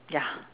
ya